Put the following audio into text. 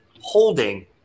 holding